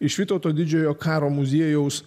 iš vytauto didžiojo karo muziejaus